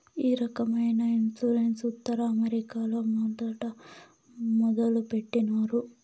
ఈ రకమైన ఇన్సూరెన్స్ ఉత్తర అమెరికాలో మొదట మొదలుపెట్టినారు